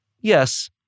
Yes